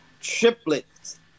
triplets